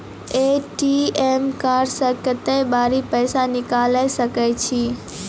ATM card से कत्तेक बेर पैसा निकाल सके छी?